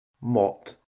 mot